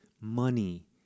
money